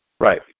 Right